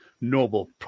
noble